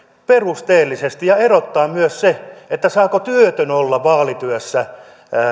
perusteellisesti ja erottaa myös se saako työtön olla vaalityössä